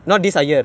okay